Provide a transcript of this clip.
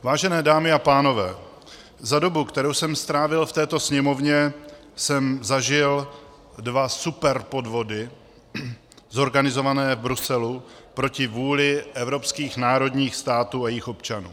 Vážené dámy a pánové, za dobu, kterou jsem strávil v této Sněmovně, jsem zažil dva superpodvody zorganizované v Bruselu proti vůli evropských národních států a jejich občanů.